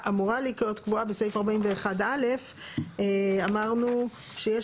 אמורה להיות קבועה בסעיף 41א. אמרנו שיש